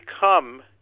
become